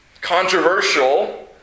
controversial